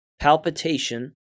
palpitation